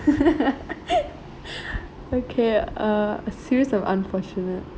okay uh a series of unfortunate